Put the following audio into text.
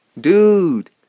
dude